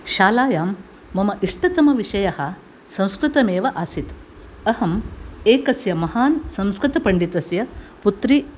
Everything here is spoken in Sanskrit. शालायां मम इष्टतमविषयः संस्कृतमेव आसीत् अहम् एकस्य महान् संस्कृतपण्डितस्य पुत्री